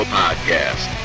podcast